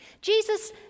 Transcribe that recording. Jesus